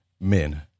men